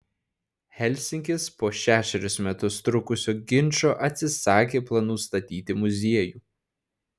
helsinkis po šešerius metus trukusio ginčo atsisakė planų statyti muziejų